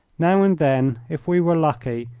now and then, if we were lucky,